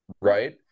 right